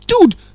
dude